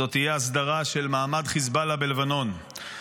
זו תהיה הסדרה של מעמד חיזבאללה בלבנון,